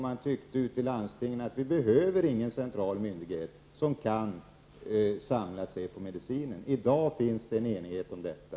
Man tyckte ute i landstingen att man inte behövde en central myndighet kring medicinen. I dag finns det en enighet om detta.